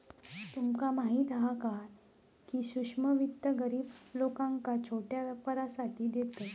तुमका माहीत हा काय, की सूक्ष्म वित्त गरीब लोकांका छोट्या व्यापारासाठी देतत